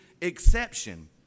exception